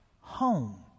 home